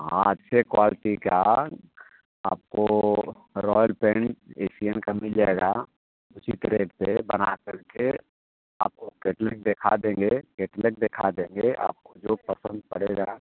हाँ अच्छे क्वाल्टी का आपको रायल पेन्ट एसियन का मिल जाएगा उचित रेट पर बना कर के आप को केटलग दिखा देंगे केटलग दिखा देंगे आपको जो पसंद पड़ेगा